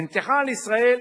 נמתחה על ישראל